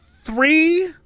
three